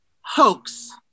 Hoax